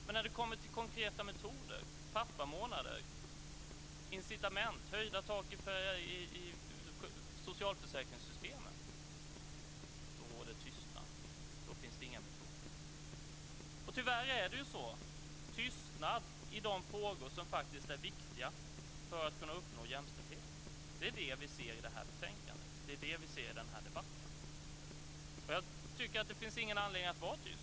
Men när det kommer till konkreta metoder - pappamånader, incitament, höjda tak i socialförsäkringssystemen - råder tystnad. Då finns det inga metoder. Tyvärr är det tystnad i de frågor som är viktiga för att kunna uppnå jämställdhet. Det är vad vi ser i betänkandet och i den här debatten. Det finns ingen anledning att vara tyst.